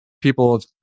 people